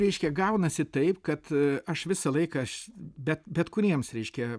reiškia gaunasi taip kad aš visą laiką bet bet kuriems reiškia